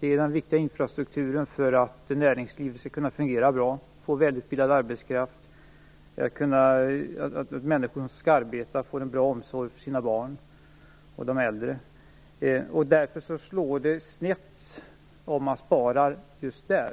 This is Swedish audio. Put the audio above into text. Det är den infrastruktur som är viktig för att näringslivet skall kunna fungera bra och få välutbildad arbetskraft och för att människor som skall arbeta skall få en bra omsorg för sina barn och för de äldre. Därför slår det snett om man sparar just där.